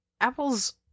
Apple's